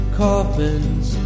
coffins